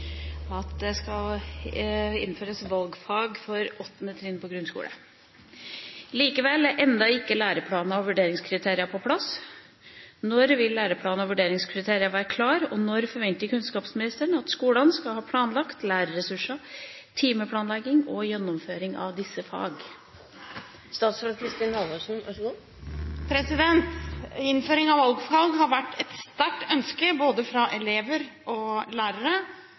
Likevel er ennå ikke læreplaner og vurderingskriterier på plass. Når vil læreplanene og vurderingskriteriene være klare, og når forventer statsråden at skolene skal ha planlagt lærerressurser, timeplanlegging og gjennomføring av disse fagene?» Innføring av valgfag har vært et sterkt ønske fra både elever og lærere,